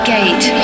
Gate